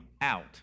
out